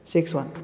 six one